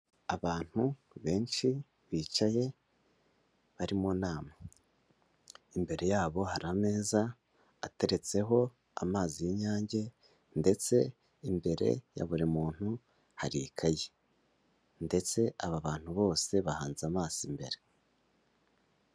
Abantu benshi bicaye bari mu nama, imbere yabo hari ameza ateretseho amazi y'inyange ndetse imbere ya buri muntu hari ikayi ndetse aba bantu bose bahanze amaso imbere.